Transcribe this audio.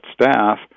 staff